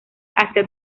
hacía